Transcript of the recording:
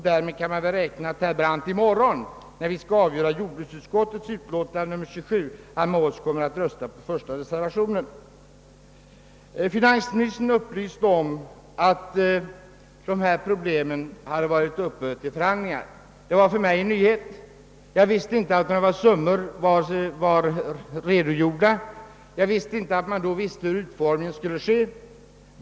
Därmed kan man väl räkna med att herr Brandt i morgon, när vi skall behandla jordbruksutskottets utlåtande nr 27, kommer att tillsammans med oss rösta på första reservationen. Finansministern upplyste om att det har förhandlats tidigare om dessa problem. Det var en nyhet för mig. Jag kände inte till att några summor hade diskuterats och att man visste hur utformningen skulle ske.